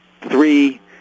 three